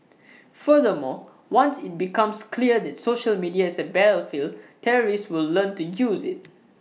furthermore once IT becomes clear that social media is A battlefield terrorists will learn to use IT